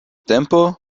tempo